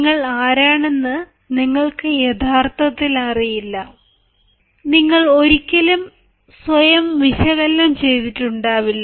നിങ്ങൾ ആരാണെന്ന് നിങ്ങൾക്ക് യഥാർത്ഥത്തിൽ അറിയില്ല നിങ്ങൾ ഒരിക്കലും സ്വയം വിശകലനം ചെയ്തിട്ടുണ്ടാവില്ല